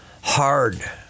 hard